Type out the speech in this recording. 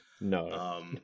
No